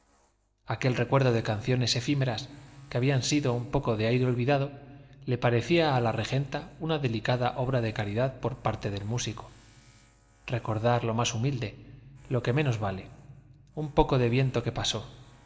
aquel recuerdo de canciones efímeras que habían sido un poco de aire olvidado le parecía a la regenta una delicada obra de caridad por parte del músico recordar lo más humilde lo que menos vale un poco de viento que pasó